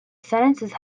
sentences